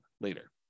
later